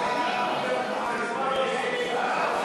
ההצעה